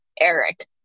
Eric